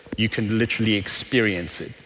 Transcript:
you can literally experience it.